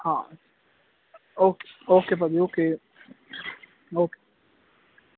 ਹਾਂ okay okay ਭਾਅ ਜੀ ਓਕੇ ਓਕੇ